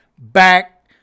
back